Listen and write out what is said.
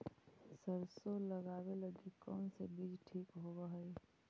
सरसों लगावे लगी कौन से बीज ठीक होव हई?